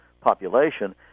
population